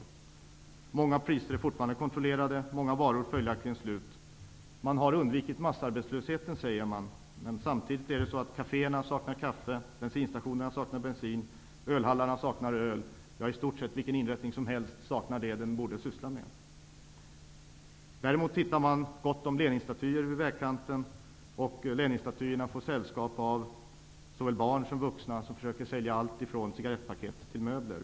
Många priser är fortfarande kontrollerade, och många varor är följaktligen slut. Man har undvikit massarbetslöshet, sägs det. Men samtidigt saknar kaféerna kaffe, bensinstationerna bensin och ölhallarna öl. I stort sett vilken inrättning som helst saknar det som den borde syssla med. Däremot finns det gott om Leninstatyer vid vägkanterna, och Leninstatyerna får sällskap av såväl barn som vuxna som försöker sälja allt, från cigarettpaket till möbler.